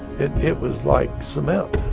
it it was like cement.